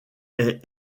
est